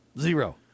Zero